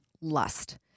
lust